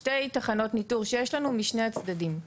שתי תחנות ניטור שיש לנו משני הצדדים.